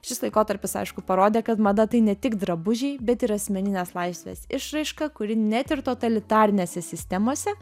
šis laikotarpis aišku parodė kad mada tai ne tik drabužiai bet ir asmeninės laisvės išraiška kuri net ir totalitarinėse sistemose